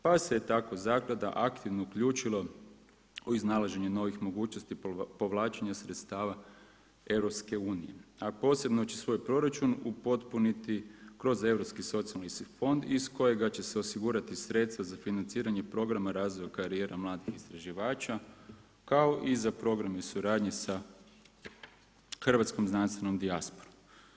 Pa se tako zaklada aktivno uključilo iz nalaženja novih mogućnosti, povlačenja sredstava EU, a posebno će svoj proračun upotpuniti kroz Europski socijalni fond iz kojeg će se osigurati sredstva za financiranje Programa razvoj u karijeri mladih istraživača, kao i za Programe suradnje sa Hrvatskom znanstvenom dijasporom.